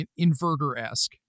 inverter-esque